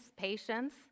patience